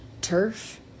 turf